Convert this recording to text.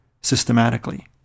systematically